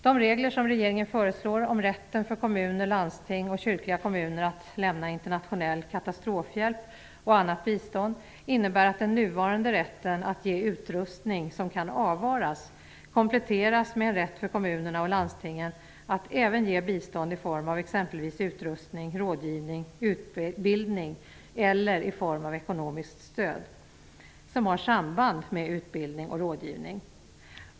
De regler som regeringen föreslår om rätten för kommuner, landsting och kyrkliga kommuner att lämna internationell katastrofhjälp och annat bistånd innebär att den nuvarande rätten att ge utrustning som kan avvaras kompletteras med en rätt för kommunerna och landstingen att även ge bistånd i form av t.ex. utrustning, rådgivning, utbildning eller i form av ekonomiskt stöd som har samband med utbildning och rådgivning.